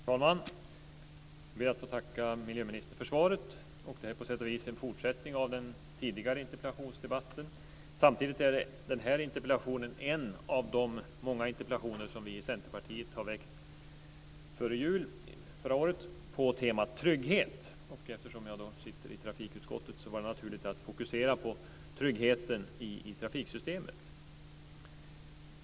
Herr talman! Jag ber att få tacka miljöministern för svaret. Det här är på sätt och vis en fortsättning på den tidigare interpellationsdebatten. Samtidigt är den här interpellationen en av de många interpellationer som vi i Centerpartiet har väckt före jul förra året på temat trygghet. Eftersom jag sitter i trafikutskottet var det naturligt att fokusera på tryggheten i trafiksystemet.